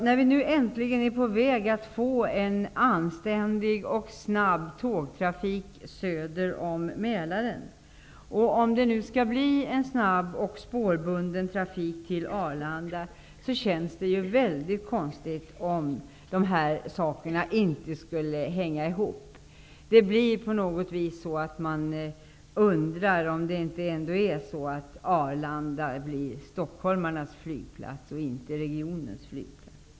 När vi nu äntligen är på väg att få en anständig och snabb tågtrafik söder om Mälaren och om det nu skall bli en snabb och spårbunden trafik till Arlanda känns det ju mycket konstigt om dessa saker inte skulle hänga ihop. Man undrar om det inte ändå blir så att Arlanda blir stockholmarnas flygplats och inte regionens.